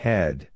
Head